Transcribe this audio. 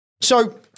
So-